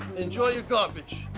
enjoy your garbage.